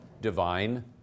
divine